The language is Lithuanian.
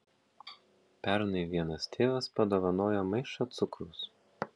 pernai vienas tėvas padovanojo maišą cukraus